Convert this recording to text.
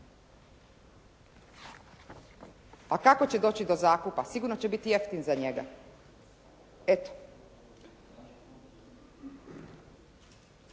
tako će doći do zakupa, sigurno će biti jeftin za njega.